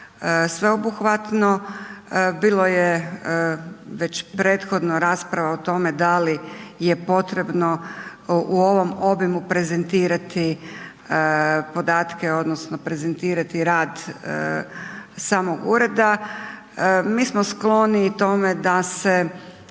sveobuhvatno, bilo je već prethodno rasprava o tome da li je potrebno u ovom obimu prezentirati podatke odnosno prezentirati rad samo ureda, mi smo skloni tome da se